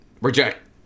reject